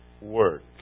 work